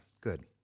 good